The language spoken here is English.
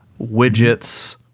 widgets